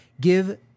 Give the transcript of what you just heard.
give